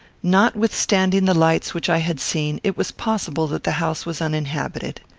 notwithstanding the lights which i had seen, it was possible that the house was uninhabited.